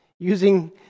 using